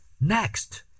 Next